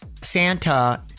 Santa